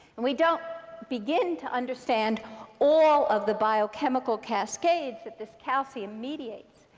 and we don't begin to understand all of the biochemical cascades that this calcium mediates.